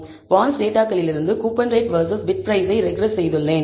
எனவே பாண்ட்ஸ் டேட்டாகளிலிருந்து coupon rate versus bid பிரைஸை ரெக்ரெஸ் செய்துள்ளேன்